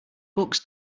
books